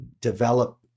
develop